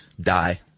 die